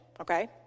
okay